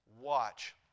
watch